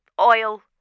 oil